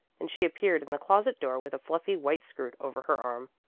and she appeared in the closet door with a fluffy white skirt over her arm.